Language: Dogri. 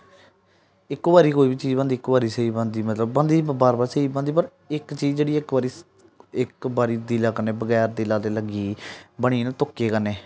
इक बारी कोई बी चीज बंदे गी इको बारी स्हेई बनदी मतलब बनदी बार बार स्हेई बनदी पर इक चीज जेह्ड़ी इक बारी स्हेई इक बारी दिलै कन्नै बगैर दिले दे लग्गी गेई बनी ना तुक्के कन्नै